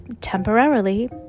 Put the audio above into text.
temporarily